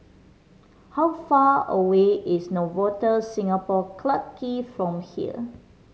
how far away is Novotel Singapore Clarke Quay from here